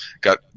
got